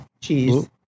cheese